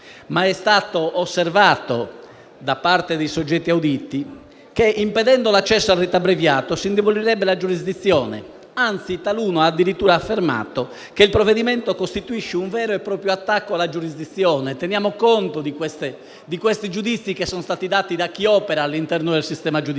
È stato osservato, da parte dei soggetti auditi, che impedendo l'accesso al rito abbreviato si indebolirebbe la giurisdizione; anzi, taluno ha addirittura affermato che il provvedimento costituisce un vero e proprio attacco alla giurisdizione. Teniamo conto di questi giudizi che sono stati dati da chi opera all'interno del sistema giudiziario.